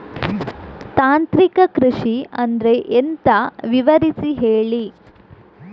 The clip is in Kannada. ತಾಂತ್ರಿಕ ಕೃಷಿ ಅಂದ್ರೆ ಎಂತ ವಿವರಿಸಿ ಹೇಳಿ